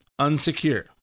Unsecure